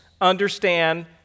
understand